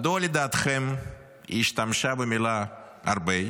מדוע לדעתכם היא השתמשה במילה "הרבה"?